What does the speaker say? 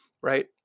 right